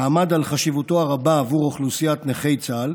ועמד על חשיבותו הרבה עבור אוכלוסיית נכי צה"ל,